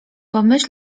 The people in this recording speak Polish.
pomyś